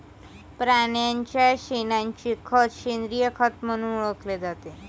प्राण्यांच्या शेणाचे खत सेंद्रिय खत म्हणून ओळखले जाते